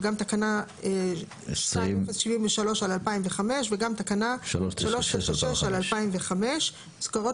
וגם תקנה 2073/2005 וגם תקנה 396/2005. מוזכרות